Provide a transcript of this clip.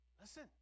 Listen